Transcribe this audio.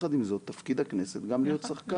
עם זאת, תפקיד הכנסת גם להיות שחקן.